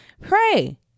Pray